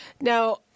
Now